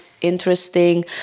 interesting